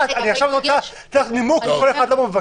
אני עכשיו צריך לתת לך נימוק למה כל אחד מבקש?